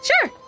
Sure